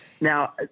now